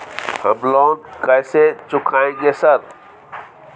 हम लोन कैसे चुकाएंगे सर?